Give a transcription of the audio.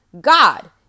God